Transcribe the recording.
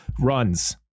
runs